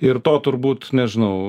ir to turbūt nežinau